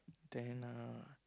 then uh